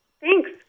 Thanks